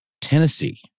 Tennessee